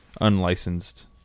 unlicensed